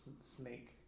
snake